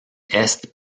est